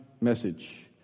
message